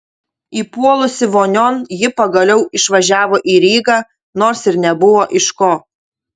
įpuolusi vonion ji pagaliau išvažiavo į rygą nors ir nebuvo iš ko